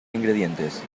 ingredientes